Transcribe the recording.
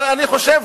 אבל אני חושב,